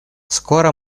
скоро